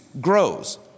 grows